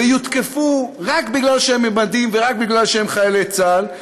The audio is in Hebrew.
ויותקפו רק בגלל שהם במדים ורק בגלל שהם חיילי צה"ל.